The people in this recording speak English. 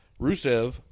Rusev